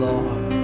Lord